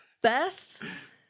Beth